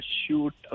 shoot